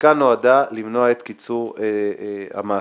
-- החקיקה נועדה למנוע את קיצור המאסר.